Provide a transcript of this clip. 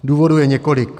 Důvodů je několik.